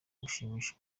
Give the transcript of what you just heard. gushimisha